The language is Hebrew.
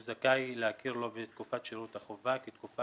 הוא זכאי להכיר לו בתקופת שירות החובה כתקופה